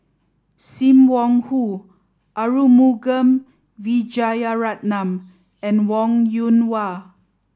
Sim Wong Hoo Arumugam Vijiaratnam and Wong Yoon Wah